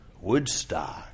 Woodstock